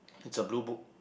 it's a blue book